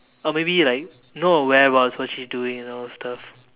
or maybe like know her whereabouts what she's doing and all that stuff